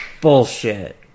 Bullshit